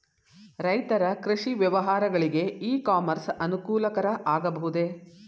ರೈತರ ಕೃಷಿ ವ್ಯವಹಾರಗಳಿಗೆ ಇ ಕಾಮರ್ಸ್ ಅನುಕೂಲಕರ ಆಗಬಹುದೇ?